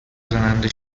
زننده